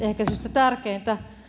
tärkeintä